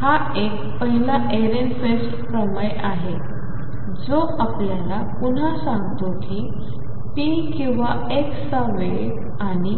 हा एक पहिला एरेनफेस्ट प्रमेय आहे जो आपल्याला पुन्हा सांगतो की ⟨p⟩ किंवा ⟨x⟩ चा वेग आणि